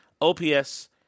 OPS